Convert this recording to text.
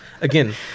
again